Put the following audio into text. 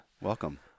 Welcome